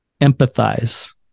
empathize